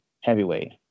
heavyweight